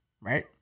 right